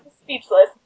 speechless